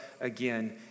again